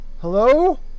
Hello